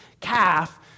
calf